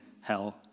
hell